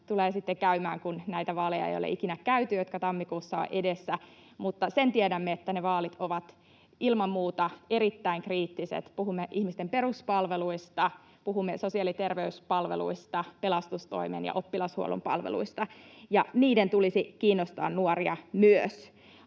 tulee sitten käymään, sillä näitä vaaleja ei ole ikinä käyty, jotka tammikuussa ovat edessä, mutta sen tiedämme, että ne vaalit ovat ilman muuta erittäin kriittiset. Puhumme ihmisten peruspalveluista, puhumme sosiaali- ja terveyspalveluista, pelastustoimen ja oppilashuollon palveluista, ja niiden tulisi kiinnostaa myös